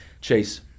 Chase